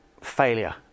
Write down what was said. failure